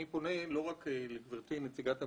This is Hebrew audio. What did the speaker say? אני פונה לא רק לגברתי נציגת המשרד,